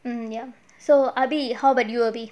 um ya so erby how about you erby